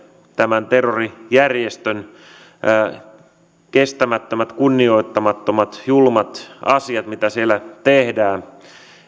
tämän terrorijärjestön toimesta kestämättömiä kunnioittamattomia julmia asioita mitä siellä tehdään